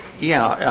yeah,